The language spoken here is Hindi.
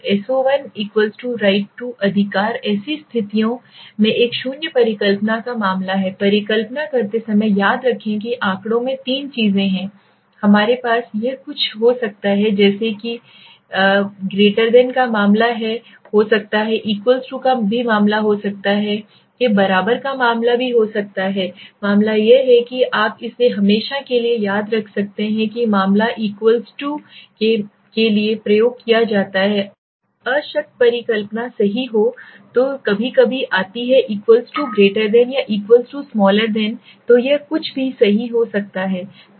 तोSo1right2अधिकार ऐसी स्थितियों में एक शून्य परिकल्पना का मामला है परिकल्पना करते समय याद रखें कि आंकड़ों में 3 चीजें हैं हमारे पास यह कुछ हो सकता है जैसे कि का मामला हो सकता है का भी मामला हो सकता है के बराबर का मामला हो सकता है मामला यह है कि आप इसे हमेशा के लिए याद रख सकते हैं कि मामला मामले के लिए प्रयोग किया जाता है अशक्त परिकल्पना सही तो कभी कभी आती है या तो यह कुछ भी सही हो सकता है